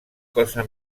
cosa